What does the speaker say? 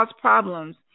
problems